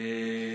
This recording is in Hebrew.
לך.